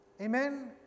Amen